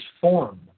form